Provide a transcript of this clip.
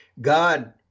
God